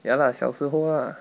ya lah 小时候啊